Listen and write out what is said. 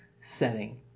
setting